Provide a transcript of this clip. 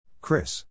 Chris